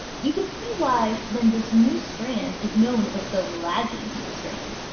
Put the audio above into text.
you can see why then this new strand is known as the lagging strand.